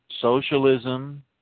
socialism